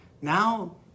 Now